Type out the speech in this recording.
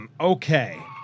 Okay